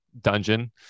dungeon